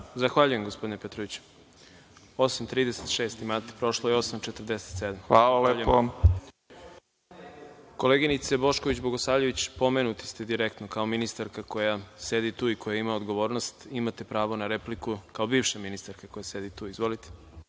Zahvaljujem, osam i 36 imate, a prošlo je 8,47.Koleginice Bošković Bogosavljević, pomenuti ste direktno kao ministarka koja sedi tu i koja ima odgovornost. Imate pravo na repliku kao bivša ministarka koja sedi tu. Izvolite.